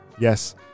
Yes